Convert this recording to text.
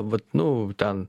vat nu ten